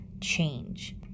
change